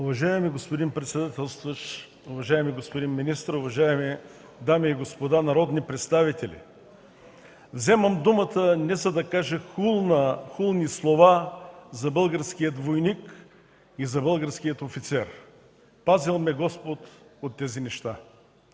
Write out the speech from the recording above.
Уважаеми господин председател, уважаеми господин министър, уважаеми дами и господа народни представители! Вземам думата не за да кажа хулни слова за българския войник и за българския офицер. Пазил ме господ от тези неща.